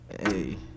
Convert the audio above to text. Hey